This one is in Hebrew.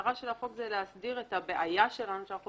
המטרה של החוק היא להסדיר את הבעיה שלנו שאנחנו